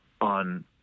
on